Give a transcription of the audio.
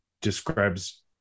describes